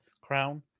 crown